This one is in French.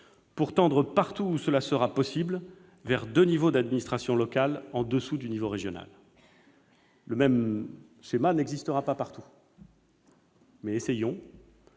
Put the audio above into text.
pour tendre partout où cela sera possible vers deux niveaux d'administration locale en dessous du niveau régional. Ce ne sera pas le même schéma partout. Essayons